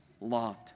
loved